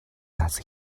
does